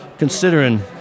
Considering